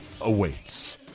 awaits